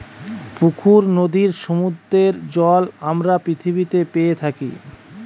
পুকুর, নদীর, সমুদ্রের জল আমরা পৃথিবীতে পেয়ে থাকি